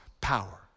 power